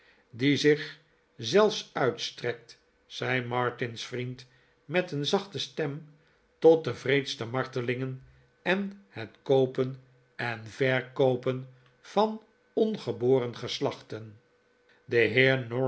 die zich zelfs uitstrekt zei martin's vriend met een zachte stem tot de wreedste martelingen en het koopen en verkoopen van ongeboren geslachten de